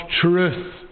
truth